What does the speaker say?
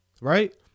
right